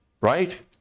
Right